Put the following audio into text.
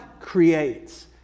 creates